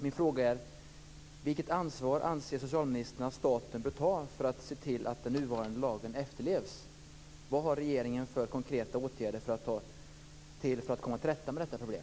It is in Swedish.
Min fråga är: Vilket ansvar anser socialministern att staten bör ta för att se till att den nuvarande lagen efterlevs? Vad har regeringen för konkreta åtgärder att ta till för att komma till rätta med detta problem?